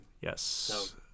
Yes